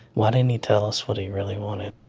why didn't he tell us what he really wanted?